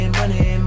money